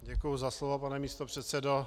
Děkuji za slovo, pane místopředsedo.